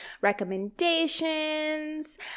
recommendations